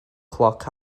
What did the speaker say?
cloc